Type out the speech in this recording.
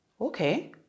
okay